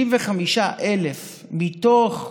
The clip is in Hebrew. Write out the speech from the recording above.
35,000 מתוך,